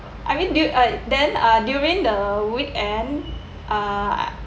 I mean do uh then uh during the weekend uh